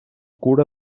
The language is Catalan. cura